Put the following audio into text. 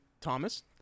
Thomas